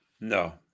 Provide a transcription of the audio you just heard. No